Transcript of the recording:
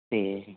ਅਤੇ